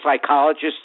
psychologists